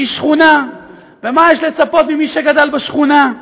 היא שכונה, ומה יש לצפות ממי שגדל בשכונה.